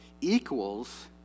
equals